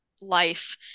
life